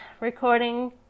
recording